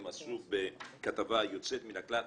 הם עשו בכתבה יוצאת מן הכלל,